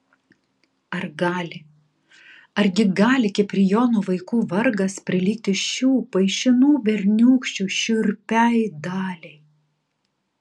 ar gali argi gali kiprijono vaikų vargas prilygti šių paišinų berniūkščių šiurpiai daliai